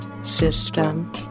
System